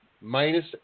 Minus